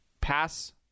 pass